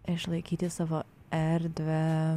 išlaikyti savo erdvę